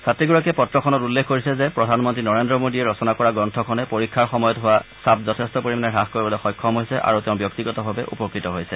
ছাত্ৰীগৰাকীয়ে পত্ৰখনত উল্লেখ কৰিছে যে প্ৰধানমন্ত্ৰী নৰেন্দ্ৰ মোদীয়ে ৰচনা কৰা গ্ৰন্থখনে পৰীক্ষাৰ সময়ত হোৱা ছাপ যথেষ্ট পৰিমাণে হ্ৰাস কৰিবলৈ সক্ষম হৈছে আৰু তেওঁ ব্যক্তিগতভাৱে উপকৃত হৈছে